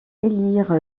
élire